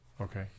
Okay